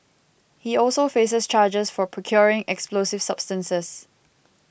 he also faces charges for procuring explosive substances